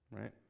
right